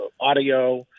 audio